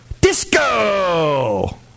Disco